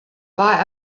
war